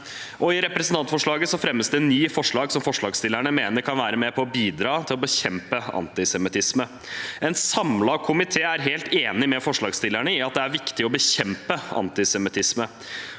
I representantforslaget fremmes det ni forslag som forslagsstillerne mener kan være med på å bidra til å bekjempe antisemittisme. En samlet komité er helt enig med forslagsstillerne i at det er viktig å bekjempe antisemittisme.